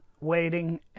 waiting